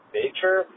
nature